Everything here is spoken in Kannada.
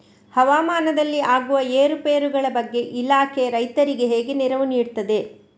ಹವಾಮಾನದಲ್ಲಿ ಆಗುವ ಏರುಪೇರುಗಳ ಬಗ್ಗೆ ಇಲಾಖೆ ರೈತರಿಗೆ ಹೇಗೆ ನೆರವು ನೀಡ್ತದೆ?